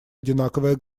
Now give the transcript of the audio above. одинаковое